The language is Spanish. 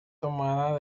tomada